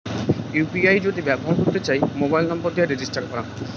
UPI যদি ব্যবহর করতে চাই, মোবাইল নম্বর দিয়ে রেজিস্টার করাং